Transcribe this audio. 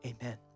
Amen